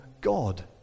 God